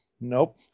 Nope